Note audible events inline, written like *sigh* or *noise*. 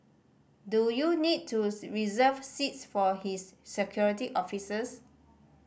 do you need to *unintelligible* reserve seats for his Security Officers